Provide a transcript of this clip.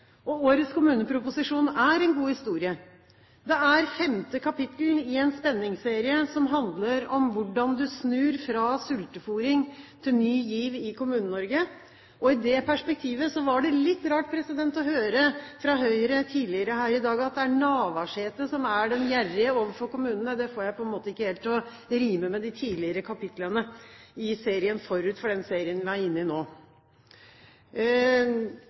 Og årets kommuneproposisjon er en god historie. Det er femte kapittel i en spenningsserie som handler om hvordan man snur, fra sultefôring til ny giv i Kommune-Norge. I det perspektivet var det litt rart å høre fra Høyre tidligere her i dag at det er statsråd Navarsete som er den gjerrige overfor kommunene. Det får jeg ikke helt til å rime med de tidligere kapitlene i serien forut for den serien vi er inne i nå.